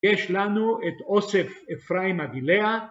יש לנו את אוסף אפריים מגילאה